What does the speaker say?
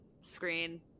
screen